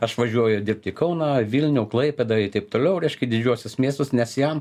aš važiuoju dirbt į kauną vilnių klaipėdą i taip toliau reiškia didžiuosius miestus nes jam